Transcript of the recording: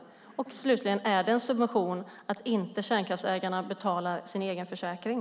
Slutligen skulle jag vilja veta om det är en subvention att kärnkraftsägarna inte betalar sin egen försäkring.